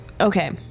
Okay